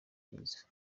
byiza